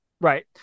right